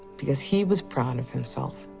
because he was proud of himself.